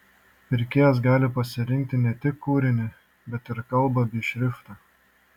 pirkėjas gali pasirinkti ne tik kūrinį bet ir kalbą bei šriftą